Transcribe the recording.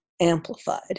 amplified